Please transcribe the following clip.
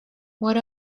what